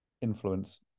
influence